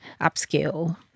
upscale